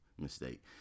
mistake